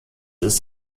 ist